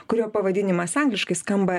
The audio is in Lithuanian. kurio pavadinimas angliškai skamba